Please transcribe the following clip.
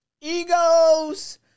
Egos